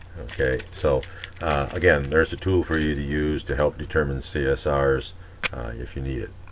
ok so again, there's a tool for you to use to help determine csrs if you need it.